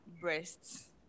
breasts